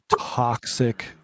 toxic